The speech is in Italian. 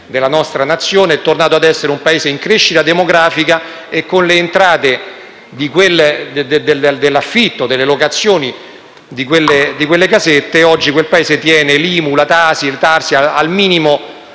della nostra Nazione, è tornato ad avere una crescita demografica e con le entrate dell'affitto, delle locazioni di quelle casette, oggi tiene l'IMU, la TASI e la TARI al minimo